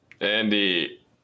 Andy